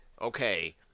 Okay